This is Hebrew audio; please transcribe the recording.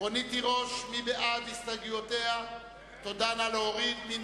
מי בעד ההסתייגויות של עתניאל שנלר,